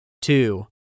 two